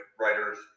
writers